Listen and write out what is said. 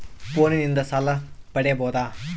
ಫೋನಿನಿಂದ ಸಾಲ ಪಡೇಬೋದ?